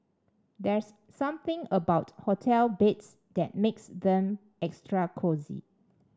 there's something about hotel beds that makes them extra cosy